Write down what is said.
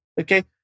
okay